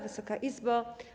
Wysoka Izbo!